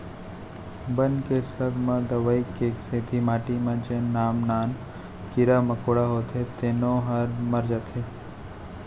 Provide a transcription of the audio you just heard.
बन के संग म दवई के सेती माटी म जेन नान नान कीरा मकोड़ा होथे तेनो ह मर जाथें